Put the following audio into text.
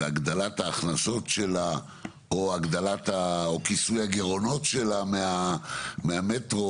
בהגדלת ההכנסות שלה או קסמי הגרעונות שלה מהמטרו,